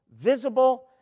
visible